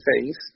face